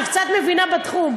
אני קצת מבינה בתחום,